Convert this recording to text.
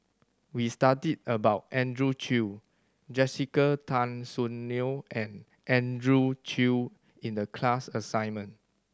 we studied about Andrew Chew Jessica Tan Soon Neo and Andrew Chew in the class assignment